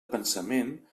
pensament